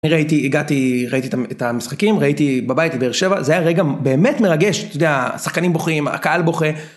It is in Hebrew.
אני ראיתי, הגעתי, ראיתי את המשחקים, ראיתי בבית, בבאר שבע, זה היה רגע באמת מרגש, את יודע, השחקנים בוכים, הקהל בוכה.